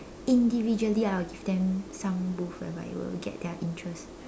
individually I would give them some booth whereby it will get their interest